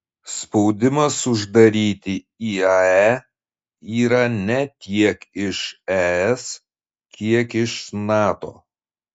spaudimas uždaryti iae yra ne tiek iš es kiek iš nato